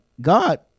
God